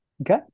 Okay